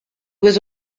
was